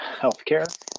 healthcare